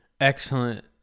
excellent